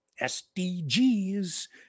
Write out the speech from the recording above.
SDGs